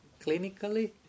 clinically